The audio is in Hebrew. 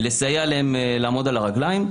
לסייע להם לעמוד על הרגליים.